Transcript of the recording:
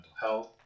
health